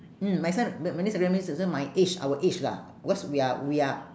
mm my son but my niece recommended me this one my age our age lah cause we are we are